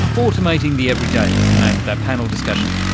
automating the everyday was the name of that panel discussion,